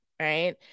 right